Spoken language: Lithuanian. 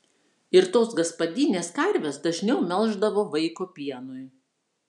ir tos gaspadinės karves dažniau melždavo vaiko pienui